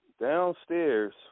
downstairs